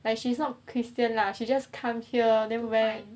like she's not christian lah she just come here then where